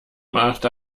macht